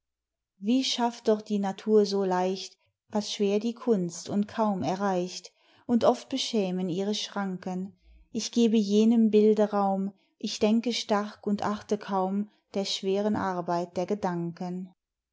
wie schafft doch die natur so leicht was schwer die kunst und kaum erreicht und oft beschämen ihre schranken ich gebe jenem bilde raum ich denke stark und achte kaum der schweren arbeit der gedanken